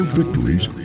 victories